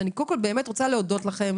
אני מודה לכם